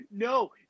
No